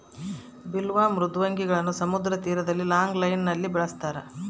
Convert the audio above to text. bivalve ಮೃದ್ವಂಗಿಗಳನ್ನು ಸಮುದ್ರ ತೀರದಲ್ಲಿ ಲಾಂಗ್ ಲೈನ್ ನಲ್ಲಿ ಬೆಳಸ್ತರ